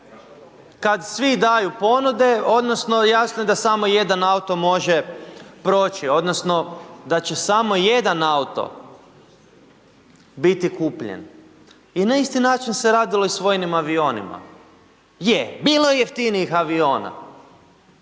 kad svi daju ponude odnosno jasno je da samo jedan auto može proći odnosno da će samo jedan auto biti kupljen. I na isti način se radilo i s vojnim avionima, je bilo je jeftinijih aviona,